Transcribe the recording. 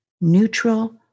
neutral